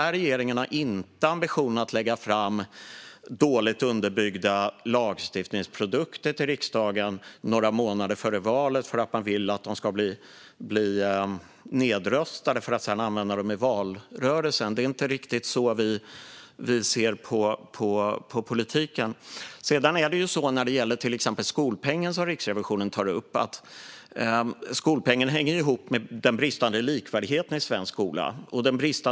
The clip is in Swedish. Regeringen har inte ambitionen att lägga fram dåligt underbyggda lagstiftningsprodukter i riksdagen några månader före valet bara för att man vill att de ska bli nedröstade så att man sedan kan använda dem i valrörelsen. Det är inte riktigt så vi ser på politiken. När det gäller till exempel skolpengen, som Riksrevisionen tar upp, hänger den ihop med den bristande likvärdigheten i svensk skola.